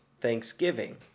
thanksgiving